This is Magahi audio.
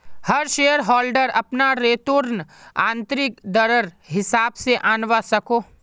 हर शेयर होल्डर अपना रेतुर्न आंतरिक दरर हिसाब से आंनवा सकोह